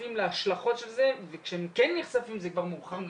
נחשפים להשלכות של זה וכשהם כן נחשפים זה כבר מאוחר מדי,